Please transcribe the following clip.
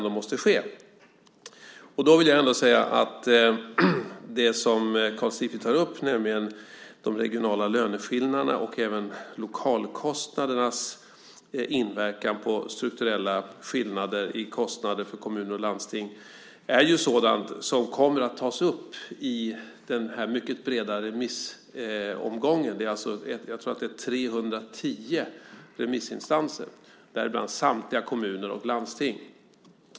Det som Karl Sigfrid tar upp, nämligen de regionala löneskillnaderna och även lokalkostnadernas inverkan på strukturella skillnader i kostnader för kommuner och landsting, är sådant som kommer att tas upp i den mycket breda remissomgången. Jag tror att det är fråga om 310 remissinstanser, däribland samtliga kommuner och landsting.